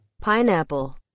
Pineapple